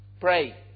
pray